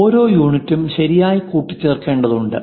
ഓരോ യൂണിറ്റും ശരിയായി കൂട്ടിച്ചേർക്കേണ്ടതുണ്ട്